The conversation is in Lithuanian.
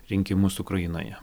rinkimus ukrainoje